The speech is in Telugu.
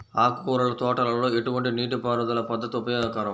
ఆకుకూరల తోటలలో ఎటువంటి నీటిపారుదల పద్దతి ఉపయోగకరం?